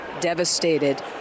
devastated